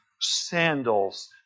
sandals